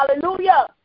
Hallelujah